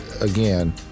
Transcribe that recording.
again